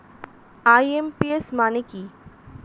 IMPS মানে কি?